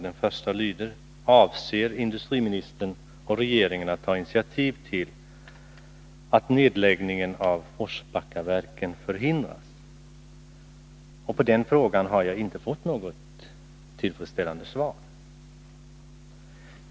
Den första lyder: På den frågan har jag inte fått något tillfredsställande svar.